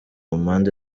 mpande